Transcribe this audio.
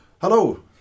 Hello